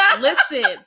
Listen